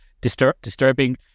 disturbing